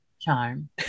charm